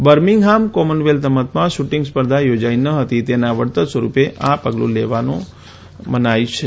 Birmingham Commonwealth રમતોમાં shooting સ્પર્ધા યોજાઈ ન હતી તેના વળતર સ્વરૂપે આ પગલું લેવાયું હોવાનું મનાય છે